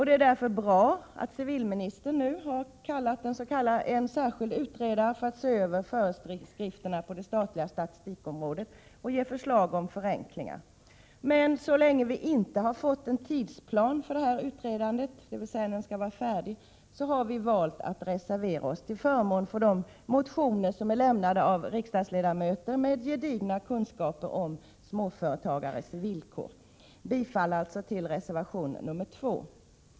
Det är därför bra att civilministern nu har tillkallat en särskild utredare för att se över föreskrifterna på det statliga statistikområdet och ge förslag om förenklingar, men så länge vi inte har fått en tidsplan för när denna utredning skall vara färdig har vi valt att reservera oss till förmån för de motioner som är lämnade av riksdagsledamöter med gedigna kunskaper om småföretagarnas villkor. Jag ber att få yrka bifall till reservation 2.